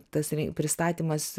tas pristatymas